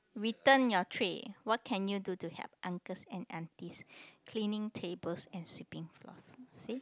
return your tray what can you do to help uncles and aunties cleaning tables and sweeping floors see